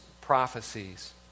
prophecies